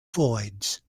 voids